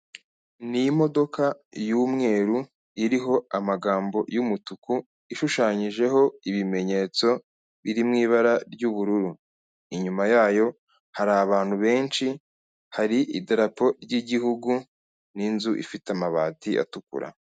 Ni imodoka y'umweru, iriho amagambo y'umutuku, ishushanyijeho ibimenyetso biri mu ibara ry'ubururu. Inyuma yayo, hari abantu benshi, hari idarapo ry'igihugu n'inzu ifite amabati atukura.